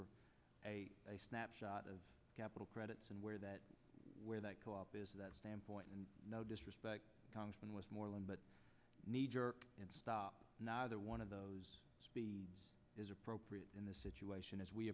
or a snapshot of capital credits and where that where that go up is that standpoint and no disrespect congressman westmoreland but knee jerk and stop neither one of those speeds is appropriate in this situation as we